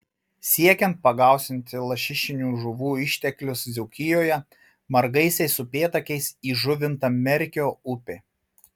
siekiant pagausinti lašišinių žuvų išteklius dzūkijoje margaisiais upėtakiais įžuvinta merkio upė